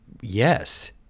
yes